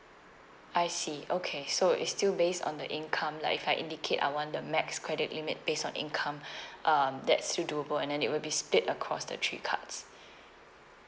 I see okay so it's still based on the income like if I indicate I want the max credit limit based on income um that's still doable and then it will be split across the three cards